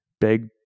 big